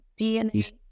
DNA